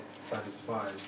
satisfied